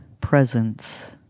presence